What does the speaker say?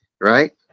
Right